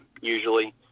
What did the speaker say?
usually